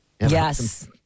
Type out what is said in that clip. Yes